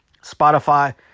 Spotify